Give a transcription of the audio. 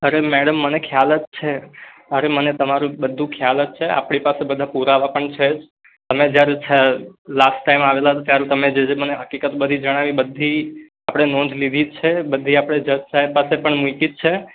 અરે મેડમ મને ખ્યાલ જ છે અરે મને તમારું બધું ખ્યાલ જ છે આપણી પાસે બધા પુરાવા પણ છે જ અને જયારે લાસ્ટ ટાઈમ આવેલાં ત્યારે તમે જે જે મને હકીકત બધી જણાવી બધી આપણે નોંધ લીધી જ છે બધી આપણે જજ સાહેબ પાસે નોંધ મૂકી જ છે